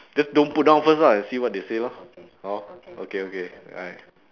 just don't put down first lah and see what they say lor hor okay okay bye